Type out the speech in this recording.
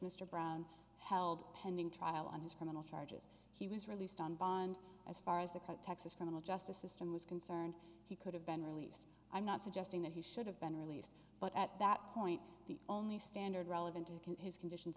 mr brown held pending trial on his criminal charges he was released on bond as far as the cut texas criminal justice system was concerned he could have been released i'm not suggesting that he should have been released but at that point the only standard relevant to can his conditions